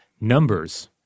numbers